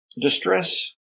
distress